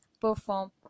perform